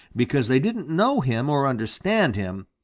because they didn't know him or understand him,